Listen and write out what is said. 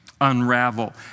Unravel